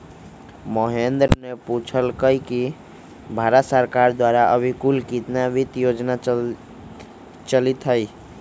महेंद्र ने पूछल कई कि भारत सरकार द्वारा अभी कुल कितना वित्त योजना चलीत हई?